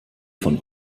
von